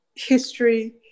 history